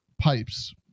pipes